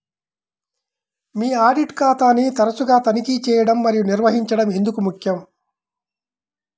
మీ audit ఖాతాను తరచుగా తనిఖీ చేయడం మరియు నిర్వహించడం ఎందుకు ముఖ్యం?